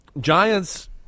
Giants